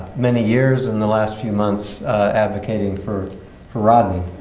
many years and the last few months advocating for for rodney.